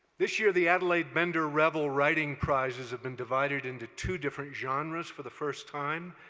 this year the adelaide bender reville writing prizes have been divided into two different genres for the first time.